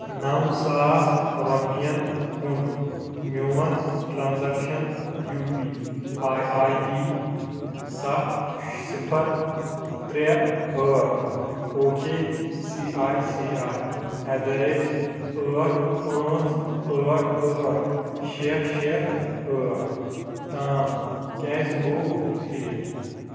نَو ساس رۄپیَن ہُنٛد میون transaction U P I I D سَتھ صِفَر ترٛےٚ ٲٹھ O K C I C I at the rate ٲٹھ پانٛژھ ٲٹھ ٲٹھ شےٚ شےٚ ٲٹھ تام کیٛازِ گوٚو فیل